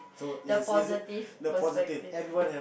the positive perspective